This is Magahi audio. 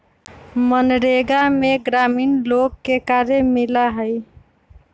मनरेगा में ग्रामीण लोग के कार्य मिला हई